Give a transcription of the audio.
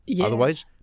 otherwise